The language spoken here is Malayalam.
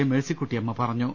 ്മേഴ്സിക്കുട്ടിയമ്മ പറഞ്ഞു